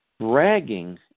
bragging